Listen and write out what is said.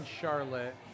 Charlotte